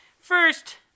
first